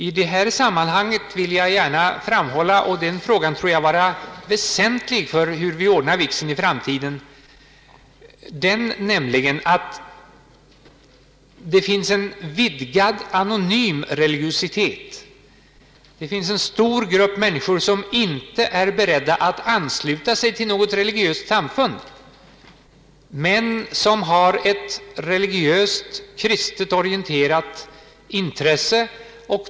I detta sammanhang vill jag gärna framhålla en sak som det är väsentligt att ta hänsyn till när vi skall bestämma om vigselrätten i framtiden, nämligen att det finns en vidgad anonym religiositet. Det finns en stor grupp människor som inte är beredda att ansluta sig till något religiöst samfund men som har ett religiöst, kristet orienterat intresse.